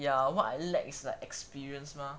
ya what I lack is like experience mah